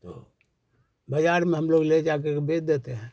तो बाज़ार में हम लोग ले जा कर के बेच देते हैं